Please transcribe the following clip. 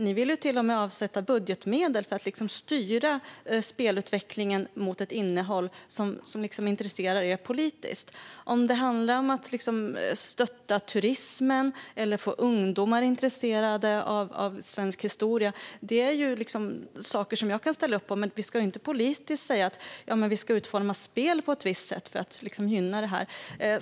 Ni vill till och med avsätta budgetmedel för att styra spelutvecklingen mot ett innehåll som intresserar er politiskt. Jag kan ställa upp på att man vill stötta turismen eller få ungdomar intresserade av svensk historia, men vi ska inte politiskt säga att spel ska utformas på ett visst sätt för att gynna detta.